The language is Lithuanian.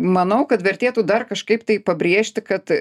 manau kad vertėtų dar kažkaip tai pabrėžti kad